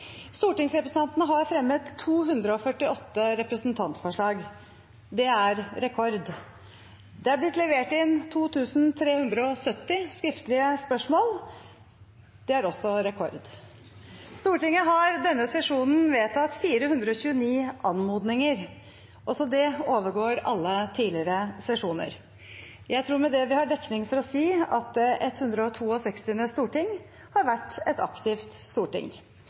Stortingsrepresentantene har fremmet 248 representantforslag. Det er rekord. Det er blitt levert inn 2 370 skriftlige spørsmål. Det er også rekord. Stortinget har denne sesjonen vedtatt 429 anmodninger. Også det overgår alle tidligere sesjoner. Jeg tror vi har dekning for å si at det 162. storting har vært et aktivt storting.